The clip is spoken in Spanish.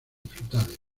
frutales